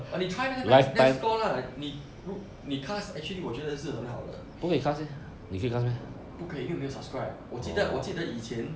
but 你 try 那个 live net score lah 你 ru~ 你 cast actually 我觉得是很好的不可以因为我没有 subscribe 我记得我记得以前